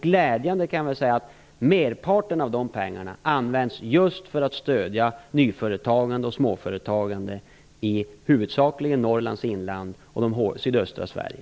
Glädjande nog används merparten av dessa pengar just för att stödja nyföretagande och småföretagande huvudsakligen i Norrlands inland och i sydöstra Sverige.